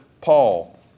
Paul